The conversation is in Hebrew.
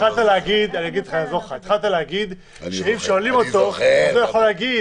להגיד שאם שואלים אותו הוא יכול להגיד: